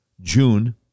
June